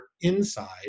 inside